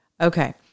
Okay